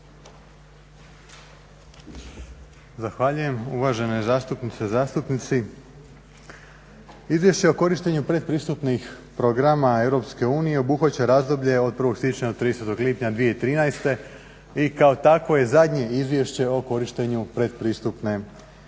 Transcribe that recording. Zahvaljujem. Uvažene zastupnice i zastupnici. Izvješće o korištenju pretpristupnih programa pomoći EU obuhvaća razdoblje od 1. siječnja do 30. lipnja 2013. Godine i kao tako je zadnje izvješće o korištenju pretpristupne pomoći.